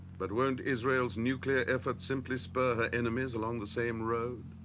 but won't israel's nuclear efforts simply spur her enemies along the same road?